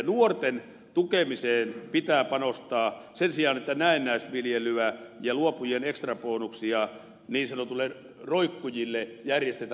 nuorten tukemiseen pitää panostaa sen sijaan että näennäisviljelyä ja luopujien ekstrabonuksia niin sanotuille roikkujille järjestetään